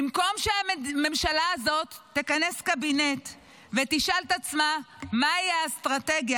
במקום שהממשלה הזאת תכנס קבינט ותשאל את עצמה מהי האסטרטגיה,